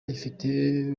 ifite